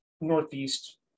Northeast